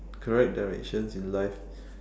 correct directions in life